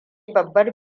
babbar